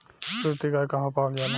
सुरती गाय कहवा पावल जाला?